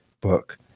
book